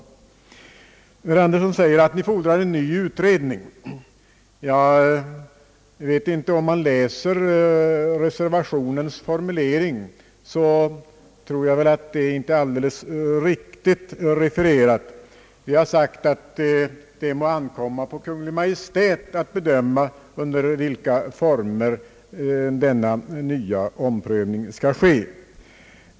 Herr Birger Andersson säger att vi fordrar en ny utredning. Om man läser reservationens formulering, tror jag man skall finna att det inte är ett helt riktigt referat. Vi har sagt att det må ankomma på Kungl. Maj:t att bedöma under vilka former denna nya omprövning skall ske.